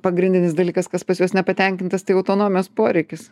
pagrindinis dalykas kas pas juos nepatenkintas tai autonomijos poreikis